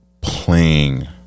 playing